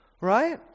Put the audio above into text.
right